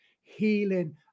healing